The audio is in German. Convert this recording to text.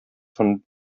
von